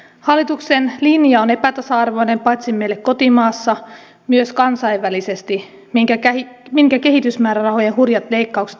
hallituksen linja on epätasa arvoinen paitsi meille kotimaassa myös kansainvälisesti minkä kehitysmäärärahojen hurjat leikkaukset osoittivat